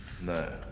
No